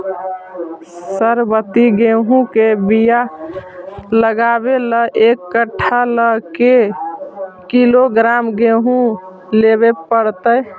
सरबति गेहूँ के बियाह लगबे ल एक कट्ठा ल के किलोग्राम गेहूं लेबे पड़तै?